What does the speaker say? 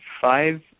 five